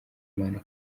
imana